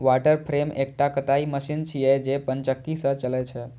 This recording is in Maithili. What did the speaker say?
वाटर फ्रेम एकटा कताइ मशीन छियै, जे पनचक्की सं चलै छै